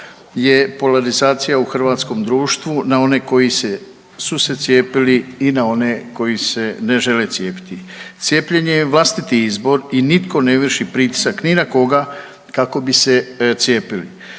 je polarizacija u hrvatskom društvu na one koji su se cijepili i na one koji se ne žele cijepiti. Cijepljenje je vlastiti izbor i nitko ne vrši pritisak ni na koga kako bi se cijepili.